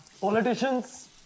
Politicians